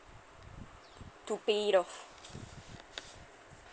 to pay it off